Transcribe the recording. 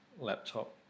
laptop